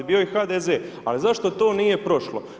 Bio je HDZ, ali zašto to nije prošlo?